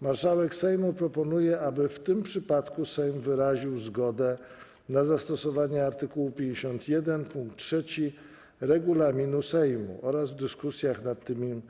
Marszałek Sejmu proponuje, aby w tym przypadku Sejm wyraził zgodę na zastosowanie art. 51 pkt 3 regulaminu Sejmu oraz w dyskusjach nad tymi